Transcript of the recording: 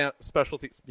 specialty